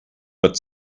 but